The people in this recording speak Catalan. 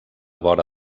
vora